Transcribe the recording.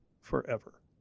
forever